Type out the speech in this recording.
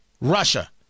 Russia